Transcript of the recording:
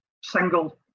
single